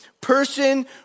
person